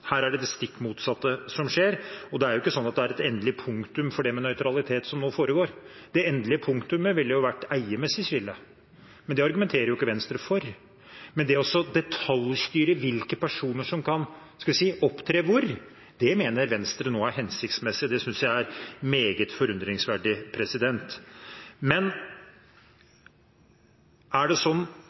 Her er det det stikk motsatte som skjer. Det er jo ikke sånn at det er et endelig punktum for det med nøytralitet som nå foregår. Det endelige punktumet ville vært et eiermessig skille, men det argumenterer ikke Venstre for. Men det å detaljstyre hvilke personer som kan – la meg si – opptre hvor, det mener Venstre nå er hensiktsmessig. Det synes jeg er meget forunderlig. Er det